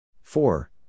four